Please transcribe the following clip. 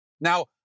Now